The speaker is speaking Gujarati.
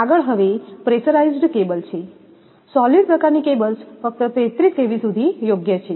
આગળ હવે પ્રેશરાઇઝ્ડ કેબલ્સ છે સોલિડ પ્રકારની કેબલ્સ ફક્ત 33kV સુધી યોગ્ય છે